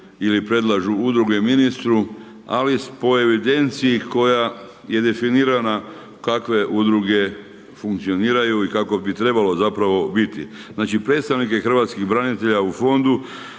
ili predlažu udruge ministru, ali po evidenciji koja je definirana kakve udruge funkcioniraju i kako bi trebalo zapravo biti. Znači, predstavnike hrvatskih branitelja u Fondu